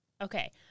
Okay